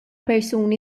persuni